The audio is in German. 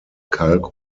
kalk